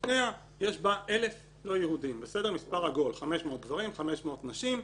שיש בה 1,000 לא יהודים, 500 גברים, 500 נשים.